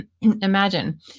imagine